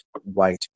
white